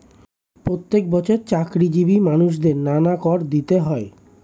প্রত্যেক বছর চাকরিজীবী মানুষদের নানা কর দিতে হয়